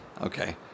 Okay